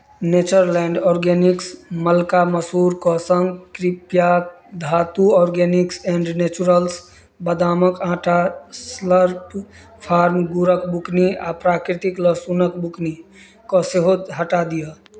Natureland organics मल्का मसूरके सङ्ग कृपया धातु आर्गेनिक्स एंड नेचुरल्स बदामक आटा सर्प फार्म गूड़क बुकनी आ प्राकृतिक लहसुनक बुकनी कऽ सेहो हटा दिअ